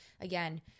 again